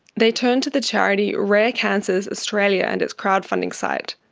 they turned to the charity rare cancers australia and its crowdfunding site.